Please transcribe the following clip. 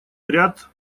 ряд